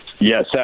yes